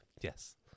yes